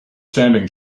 standing